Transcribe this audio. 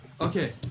Okay